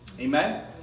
Amen